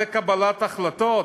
זו קבלת החלטות?